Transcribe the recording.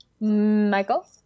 Michael